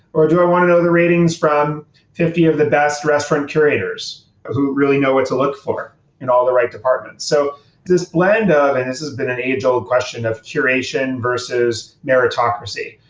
or do i want to know the ratings from fifty of the best restaurant curators who really know what to look for in all the right departments? so this blend ah of and this has been an age-old question of curation versus meritocracy.